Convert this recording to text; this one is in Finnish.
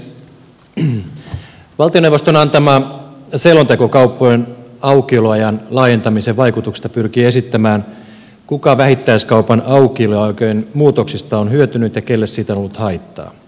valtioneuvoston antama selonteko kauppojen aukioloajan laajentamisen vaikutuksista pyrkii esittämään kuka vähittäiskaupan aukioloaikojen muutoksista on hyötynyt ja kelle siitä on ollut haittaa